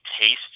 taste